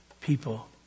people